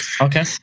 Okay